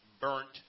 burnt